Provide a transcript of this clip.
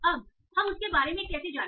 अब हम उसके बारे में कैसे जाने